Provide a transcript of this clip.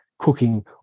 cooking